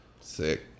Sick